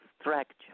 structure